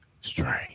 Strange